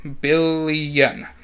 billion